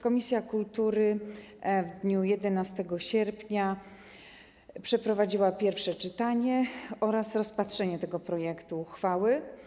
Komisja kultury w dniu 11 sierpnia przeprowadziła pierwsze czytanie oraz rozpatrzenie tego projektu uchwały.